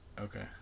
Okay